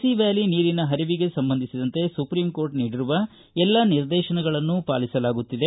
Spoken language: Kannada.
ಸಿ ವ್ಯಾಲಿ ನೀರಿನ ಹರಿವಿಗೆ ಸಂಬಂಧಿಸಿದಂತೆ ಸುಪ್ರಿಂಕೋರ್ಟ್ ನೀಡಿರುವ ಎಲ್ಲಾ ನಿರ್ದೇಶನಗಳನ್ನು ಪಾಲಿಸಲಾಗುತ್ತಿದೆ